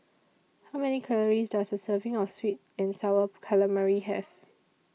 How Many Calories Does A Serving of Sweet and Sour Calamari Have